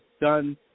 done